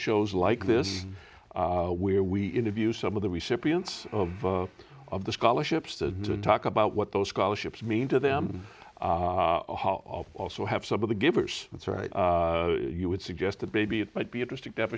shows like this where we interview some of the recipients of of the scholarships to talk about what those scholarships mean to them also have some of the givers that's right you would suggest a baby it might be interesting